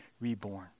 reborn